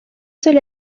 seul